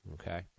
okay